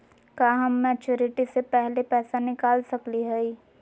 का हम मैच्योरिटी से पहले पैसा निकाल सकली हई?